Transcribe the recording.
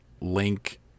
link